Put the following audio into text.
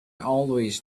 always